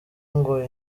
ngo